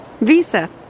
Visa